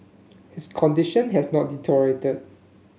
his condition has not deteriorated